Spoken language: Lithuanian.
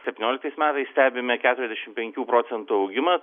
septynioliktais metais stebime keturiasdešim penkių procentų augimą